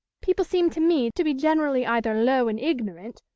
people seem to me to be generally either low and ignorant,